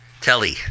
Telly